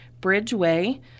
Bridgeway